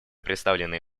представленные